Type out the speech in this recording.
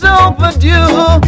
overdue